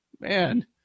man